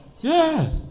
Yes